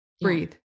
breathe